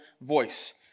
voice